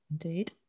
Indeed